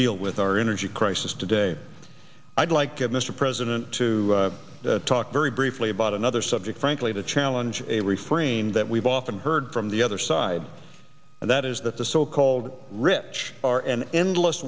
deal with our energy crisis today i'd like to have mr president to talk very briefly about another subject frankly to challenge a refrain that we've often heard from the other side and that is that the so called rich are an endless